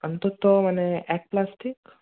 অন্তত মানে এক প্লাস্টিক